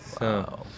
Wow